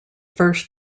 first